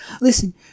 Listen